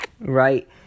Right